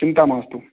चिन्ता मास्तु